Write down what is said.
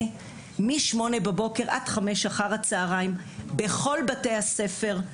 משמונה בבוקר עד חמש אחר-הצהריים בכל בתי-הספר,